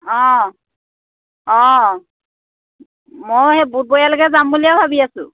অঁ অঁ মই সেই বুধবৰীয়ালৈকে যাম বুলিয়ে ভাবি আছোঁ